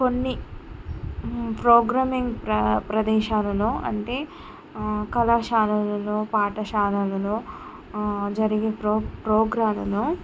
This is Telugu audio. కొన్ని ప్రోగ్రామింగ్ ప్ర ప్రదేశాలలో అంటే కళాశాలలలో పాఠశాలలలో జరిగే ప్రో ప్రోగ్రాలలో